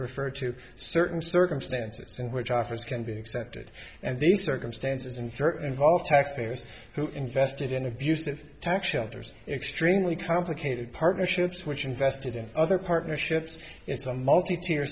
refer to certain circumstances in which offers can be accepted and these circumstances and certain vaal taxpayers who invested in abusive tax shelters extremely complicated partnerships which invested in other partnerships it's a multi t